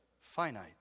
Finite